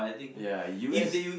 ya U_S